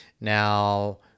Now